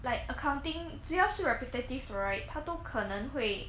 like accounting 只要是 repetitive 的 right 他都可能会